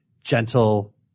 gentle